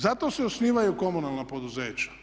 Zato se osnivaju komunalna poduzeća.